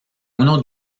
uno